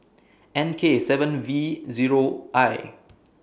N K seven V Zero I